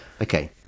okay